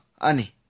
Ani